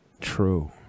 True